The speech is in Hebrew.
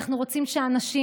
אנחנו רוצים שאנשים,